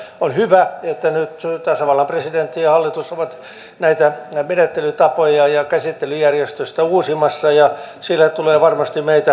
on hyvä että nyt tasavallan presidentti ja hallitus ovat näitä menettelytapoja ja käsittelyjärjestystä uusimassa ja sille tulee varmasti meiltä täysi tuki